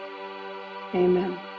amen